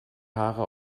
haare